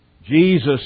Jesus